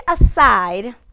aside